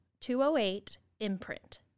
208-IMPRINT